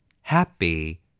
Happy